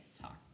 talk